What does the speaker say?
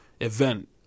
event